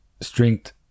Strength